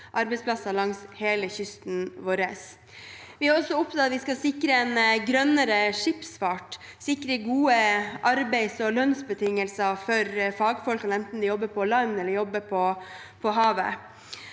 helårsarbeidsplasser langs hele kysten vår. Vi er også opptatt av at vi skal sikre en grønnere skipsfart og sikre gode arbeids- og lønnsbetingelser for fagfolkene, enten de jobber på land eller på havet.